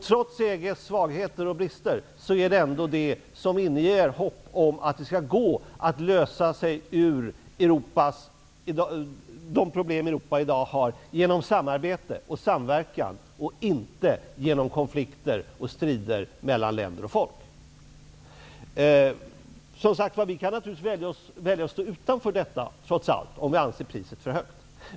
Trots EG:s svagheter och brister är det ändå EG som inger hopp om att det skall gå att lösa de problem som Europa i dag har, genom samarbete och samverkan -- inte genom konflikter och strider mellan länder och folk. Vi kan naturligtvis välja att stå utanför detta om vi anser att priset är för högt.